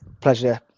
Pleasure